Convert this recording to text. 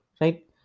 right